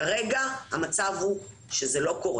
כרגע המצב הוא שזה לא קורה.